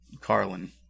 Carlin